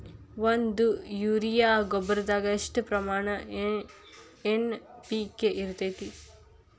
ಒಂದು ಯೂರಿಯಾ ಗೊಬ್ಬರದಾಗ್ ಎಷ್ಟ ಪ್ರಮಾಣ ಎನ್.ಪಿ.ಕೆ ಇರತೇತಿ?